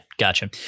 Gotcha